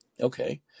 okay